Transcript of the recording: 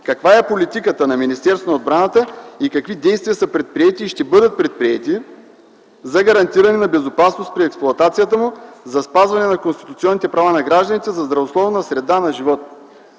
каква е политиката на Министерството на отбраната и какви действия са предприети и ще бъдат предприети за гарантиране на безопасност при експлоатацията му, за спазване на конституционните права на гражданите за здравословна среда на живот?